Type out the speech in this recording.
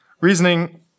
reasoning